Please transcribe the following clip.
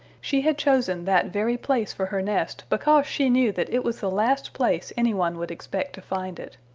she had chosen that very place for her nest because she knew that it was the last place anyone would expect to find it.